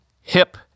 hip